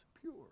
pure